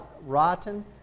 rotten